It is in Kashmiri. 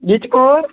نِچ کوٗر